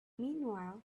meanwhile